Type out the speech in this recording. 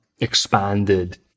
expanded